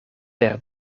per